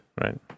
right